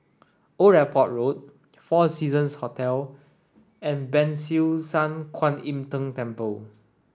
Old Airport Road Four Seasons Hotel and Ban Siew San Kuan Im Tng Temple